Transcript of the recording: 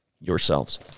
yourselves